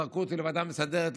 וזרקו אותי לוועדה המסדרת.